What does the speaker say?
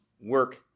work